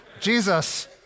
Jesus